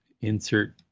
insert